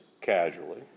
casually